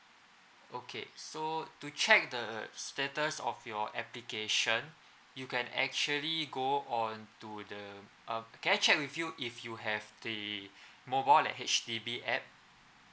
okay so to check the status of your application you can actually go on to the um can I check with you if you have the mobile like H_D_B app